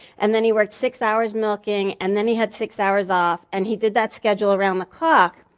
and then he worked six hours milking and then he had six hours off. and he did that schedule around the clock.